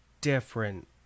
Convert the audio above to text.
different